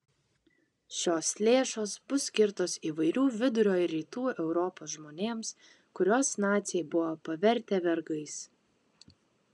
šios lėšos bus skirtos įvairių vidurio ir rytų europos žmonėms kuriuos naciai buvo pavertę vergais